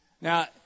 Now